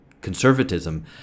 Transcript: conservatism